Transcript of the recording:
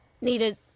needed